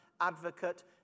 advocate